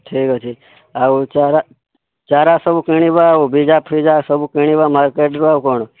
ଠିକ୍ ଅଛି ଆଉ ଚାରା ଚାରା ସବୁ କିଣିବା ଆଉ ବିଜା ଫିଜା ସବୁ କିଣିବା ମାର୍କେଟ ରୁ ଆଉ କ'ଣ